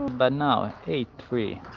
but now eight three.